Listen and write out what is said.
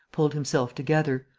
pulled himself together,